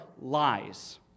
lies